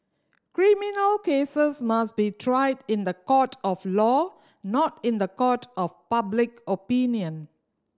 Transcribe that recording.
criminal cases must be tried in the court of law not in the court of public opinion